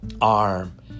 arm